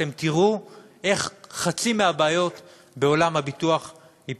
אתם תראו איך חצי מהבעיות בעולם הביטוח ייפתרו.